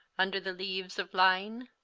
under the leaves of lyne.